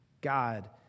God